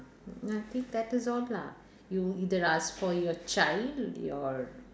no I think that is all lah you either ask for your child your